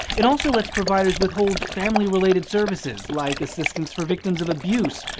it also lets providers withhold family-related services like assistance for victims of abuse,